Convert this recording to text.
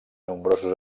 nombrosos